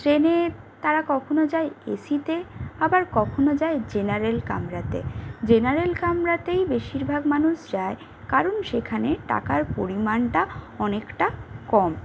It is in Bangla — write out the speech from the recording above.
ট্রেনে তারা কখনও যায় এসিতে আবার কখনও যায় জেনারেল কামরাতে জেনারেল কামরাতেই বেশিরভাগ মানুষ যায় কারণ সেখানে টাকার পরিমাণটা অনেকটা কম